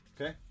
Okay